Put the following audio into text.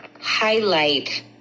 highlight